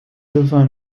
devint